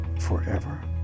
forever